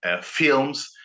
films